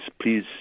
please